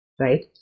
right